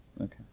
Okay